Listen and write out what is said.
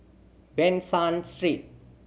Ban San Street